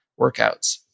workouts